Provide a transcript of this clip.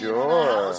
Sure